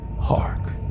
Hark